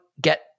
get